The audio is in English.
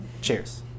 Cheers